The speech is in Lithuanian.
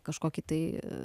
kažkokį tai